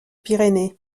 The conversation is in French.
pyrénées